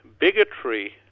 bigotry